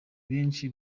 benshi